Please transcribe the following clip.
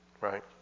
Right